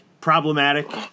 problematic